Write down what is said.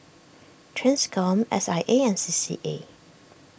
Transcom S I A and C C A